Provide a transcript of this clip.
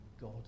God